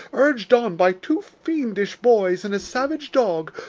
urged on by two fiendish boys and a savage dog,